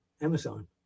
Amazon